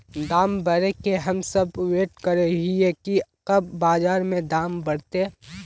दाम बढ़े के हम सब वैट करे हिये की कब बाजार में दाम बढ़ते?